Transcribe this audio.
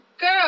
girl